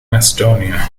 macedonia